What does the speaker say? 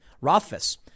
Rothfuss